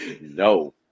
no